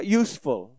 useful